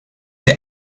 the